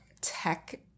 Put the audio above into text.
tech